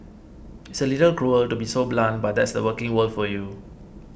it's a little cruel to be so blunt but that's the working world for you